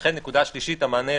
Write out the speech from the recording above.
ולכן הנקודה השלישית המענה,